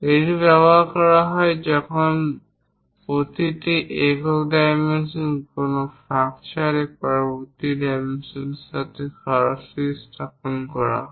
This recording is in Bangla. এটি ব্যবহার করা হয় যখন প্রতিটি একক ডাইমেনশন কোন ফাঁক ছাড়াই পরবর্তী ডাইমেনশনর সাথে সরাসরি স্থাপন করা হয়